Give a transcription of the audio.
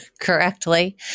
correctly